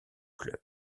club